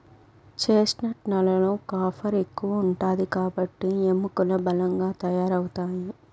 chestnut లలో copper ఎక్కువ ఉంటాది కాబట్టి ఎముకలు బలంగా తయారవుతాయి